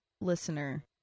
listener